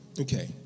Okay